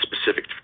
specific